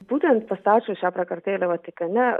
būtent pastačius šią prakartėlę vatikane